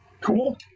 Cool